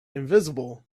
invisible